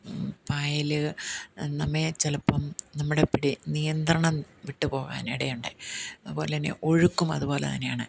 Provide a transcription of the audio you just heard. പായൽ നമ്മെ ചിലപ്പം നമ്മുടെ പിടി നിയന്ത്രണം വിട്ടുപോകാൻ ഇടയുണ്ട് അതുപോലെ തന്നെ ഒഴുക്കും അതുപോലെ തന്നെയാണ്